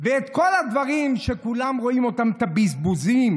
ואת כל הדברים שכולם רואים, את הבזבוזים.